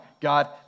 God